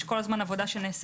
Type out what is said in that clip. יש כל הזמן עבודה שנעשית.